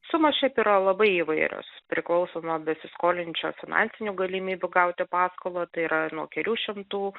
sumos šiaip yra labai įvairios priklauso nuo besiskolinčio finansinių galimybių gauti paskolą tai yra nuo kelių šimtų